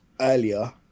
earlier